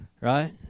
Right